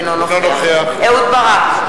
אינו נוכח אהוד ברק,